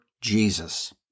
Jesus